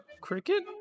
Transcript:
Cricket